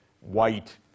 white